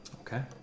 Okay